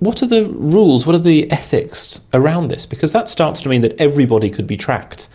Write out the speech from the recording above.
what are the rules, what are the ethics around this, because that starts to mean that everybody could be tracked